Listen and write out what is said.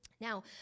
Now